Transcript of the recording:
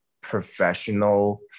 professional